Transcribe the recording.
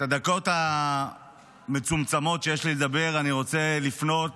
בדקות המצומצמות שיש לי לדבר אני רוצה לפנות